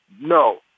No